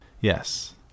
Yes